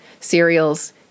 Cereals